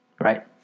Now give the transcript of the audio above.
Right